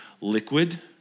liquid